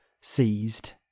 seized